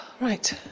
Right